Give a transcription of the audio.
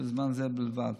בזמן זה בלבד.